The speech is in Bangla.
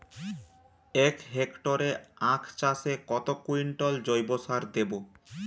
এক হেক্টরে আখ চাষে কত কুইন্টাল জৈবসার দেবো?